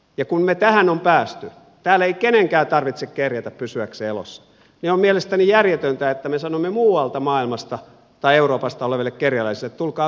ja kun me tähän olemme päässeet että täällä ei kenenkään tarvitse kerjätä pysyäkseen elossa niin on mielestäni järjetöntä että me sanomme muualta maailmasta tai euroopasta tuleville kerjäläisille että tulkaa suomeen kerjäämään